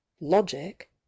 logic